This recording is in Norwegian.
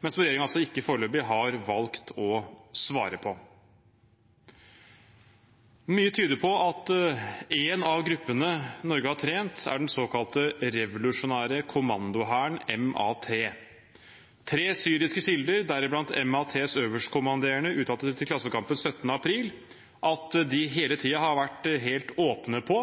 men som regjeringen foreløpig har valgt ikke å svare på. Mye tyder på at en av gruppene Norge har trent, er den som kalles Den revolusjonære kommandohæren, MaT. Tre syriske kilder, deriblant MaTs øverstkommanderende, uttalte til Klassekampen 17. april at de hele tiden har vært helt åpne på